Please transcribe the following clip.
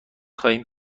خواهیم